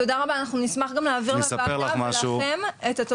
למניעת סיכון.